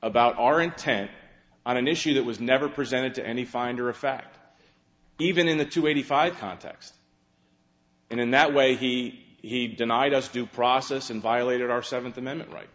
about our intent on an issue that was never presented to any finder of fact even in the two eighty five context and in that way he he denied us due process and violated our seventh amendment right